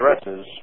addresses